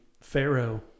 Pharaoh